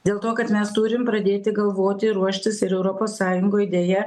dėl to kad mes turim pradėti galvoti ruoštis ir europos sąjungoj deja